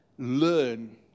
learn